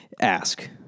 ask